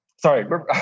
sorry